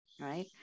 right